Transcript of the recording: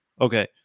okay